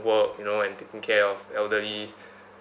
work you know and taking care of elderly